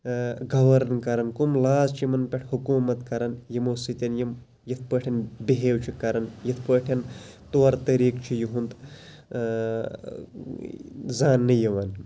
گَوٲرٕن کَران کُم لاز چھِ یِمَن پٮ۪ٹھ حُکومَت کَران یِمو سۭتۍ یِم یِتھ پٲٹھۍ بِہیو چھِ کَران یِتھ پٲٹھۍ طور طٔریقہٕ چھُ یُہُنٛد زاننہٕ یِوان